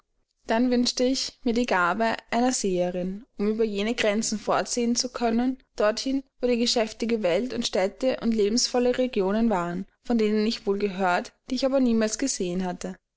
dann wünschte ich mir die gabe einer seherin um über jene grenzen fortsehen zu können dorthin wo die geschäftige welt und städte und lebensvolle regionen waren von denen ich wohl gehört die ich aber niemals gesehen hatte